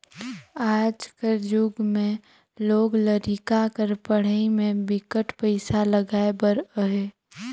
आज कर जुग में लोग लरिका कर पढ़ई में बिकट पइसा लगाए बर अहे